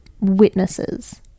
witnesses